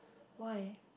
why